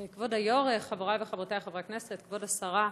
כבוד היו"ר, חברי וחברותי חברי הכנסת, כבוד השרה,